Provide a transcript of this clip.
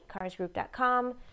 carsgroup.com